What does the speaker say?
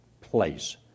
place